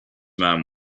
man